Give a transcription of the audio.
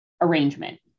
arrangement